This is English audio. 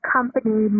company